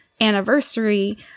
anniversary